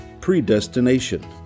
predestination